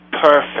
Perfect